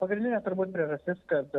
pagrindinė turbūt priežastis kad